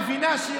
מבינה,